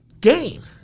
game